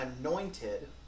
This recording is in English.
anointed